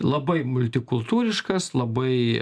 labai multikultūriškas labai